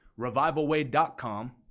revivalway.com